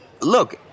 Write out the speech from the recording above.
Look